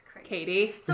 Katie